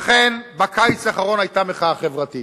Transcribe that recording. לכן בקיץ האחרון היתה מחאה חברתית.